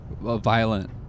violent